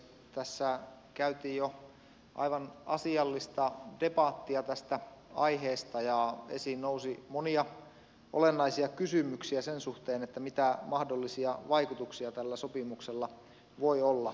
tässä käytiin jo aivan asiallista debattia tästä aiheesta ja esiin nousi monia olennaisia kysymyksiä sen suhteen mitä mahdollisia vaikutuksia tällä sopimuksella voi olla